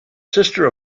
sister